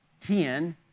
10